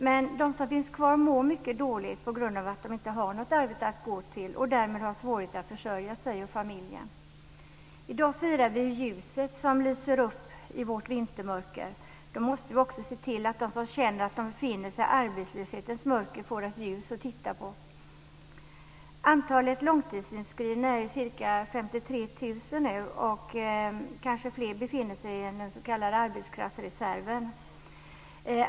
Men de som finns kvar utanför mår mycket dåligt på grund av att de inte har något arbete att gå till och därmed har svårigheter att försörja sig och sin familj. I dag firar vi ljuset som lyser upp i vårt vintermörker. Då måste vi också se till att de som känner att de befinner sig i arbetslöshetens mörker får ett ljus att titta på. Antalet långtidsinskrivna är ca 53 000 nu, och kanske fler befinner sig i den s.k. arbetskraftsreserven.